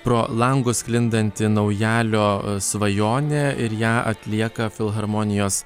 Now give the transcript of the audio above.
pro langus sklindanti naujalio svajonė ir ją atlieka filharmonijos